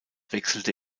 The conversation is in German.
wechselte